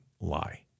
lie